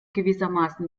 gewissermaßen